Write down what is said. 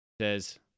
says